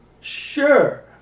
Sure